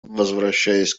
возвращаясь